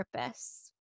purpose